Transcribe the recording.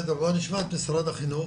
בואו נשמע את משרד החינוך.